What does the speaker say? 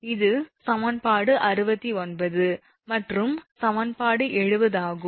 இது சமன்பாடு 69 மற்றும் சமன்பாடு 70 ஆகும்